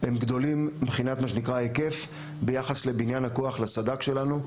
הם גדולים מבחינת מה שנקרא ההיקף ביחס לבניין הכוח לסד"כ שלנו,